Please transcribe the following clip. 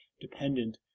dependent